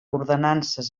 ordenances